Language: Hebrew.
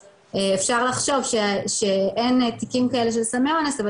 אפשר לחשוב שאין תיקים כאלה של סמי אונס אבל